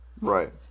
Right